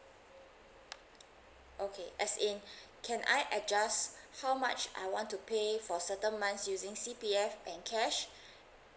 okay as in can I adjust how much I want to pay for certain months using C_P_F and cash